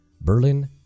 Berlin